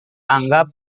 menganggap